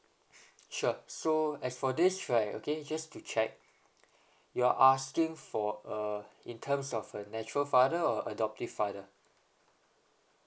sure so as for this right okay just to check you are asking for a in terms of a natural father or adoptive father